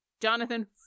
Jonathan